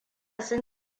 sun